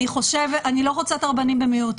אני לא רוצה את הרבנים במיעוט,